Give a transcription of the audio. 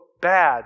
bad